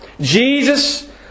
Jesus